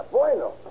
Bueno